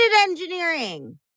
engineering